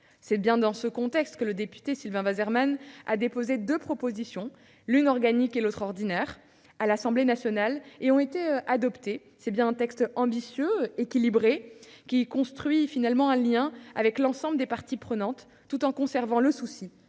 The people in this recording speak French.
européennes. Dans ce contexte, le député Sylvain Waserman a déposé deux propositions, l'une organique et l'autre ordinaire, et l'Assemblée nationale a adopté un texte ambitieux et équilibré, construit en lien avec l'ensemble des parties prenantes, tout en conservant le souci